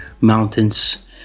mountains